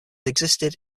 existed